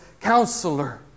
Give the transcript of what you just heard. counselor